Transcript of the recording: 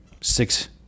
Six